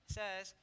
says